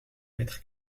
mètre